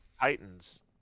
Titans